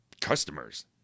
customers